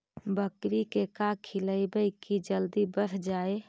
बकरी के का खिलैबै कि जल्दी बढ़ जाए?